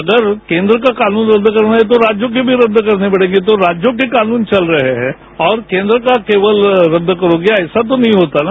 अगर केन्द्र का कानून रद्द करना है तो राज्यों के भी रद्द करने पड़ेंगे तो राज्यों के कानून चल रहे हैं और केन्द्र का केवल रद्द करोगे ऐसा तो नहीं होता न